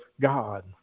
God